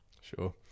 sure